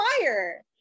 fire